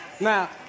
now